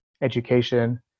education